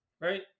right